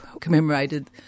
commemorated